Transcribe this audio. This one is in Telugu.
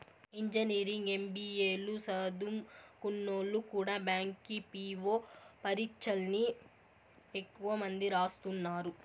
ఇంజనీరింగ్, ఎం.బి.ఏ లు సదుంకున్నోల్లు కూడా బ్యాంకి పీ.వో పరీచ్చల్ని ఎక్కువ మంది రాస్తున్నారు